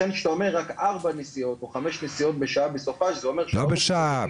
לכן כשאתה אומר רק ארבע או חמש נסיעות בשעה בסופ"ש --- לא בשעה,